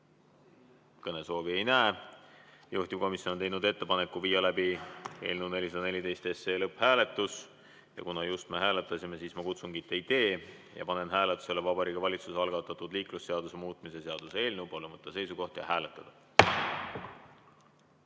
Kõnesoovi ei näe. Juhtivkomisjon on teinud ettepaneku viia läbi eelnõu 414 lõpphääletus. Kuna just me hääletasime, siis ma kutsungit ei tee ja panen hääletusele Vabariigi Valitsuse algatatud liiklusseaduse muutmise seaduse eelnõu. Palun võtta seisukoht ja hääletada!